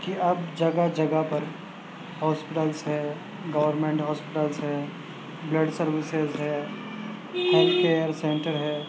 کہ اب جگہ جگہ پر ہاسپٹلس ہے گورنمینٹ ہاسپیٹلس ہے بلڈ سروسیز ہے ہیلتھ کیئر سینٹر ہے